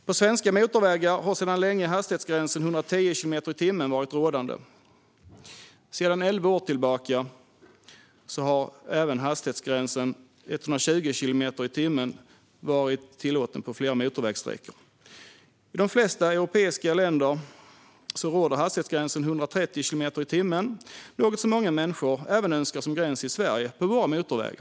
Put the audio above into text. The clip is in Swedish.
På svenska motorvägar har sedan länge hastighetsgränsen 110 kilometer i timmen varit rådande. Sedan elva år tillbaka har även hastighetsgränsen 120 kilometer i timmen varit tillåten på flera motorvägssträckor. I de flesta europeiska länder råder 130 kilometer i timmen, vilket många människor önskar som gräns även på motorvägarna i Sverige.